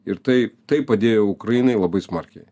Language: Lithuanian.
ir tai tai padėjo ukrainai labai smarkiai